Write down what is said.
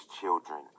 children